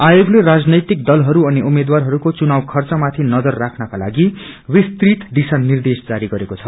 आयोगले रराजनैतिक दलहरू अनि उम्मेक्षरहरूको चुनाव खर्च माथि नजर राख्नको लागि विस्तृत दिशा निर्देश जारी गरेको छ